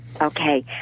Okay